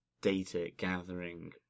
data-gathering